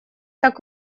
так